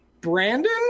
Brandon